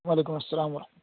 وعلیکم السلام و رحمت اللہ